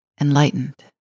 enlightened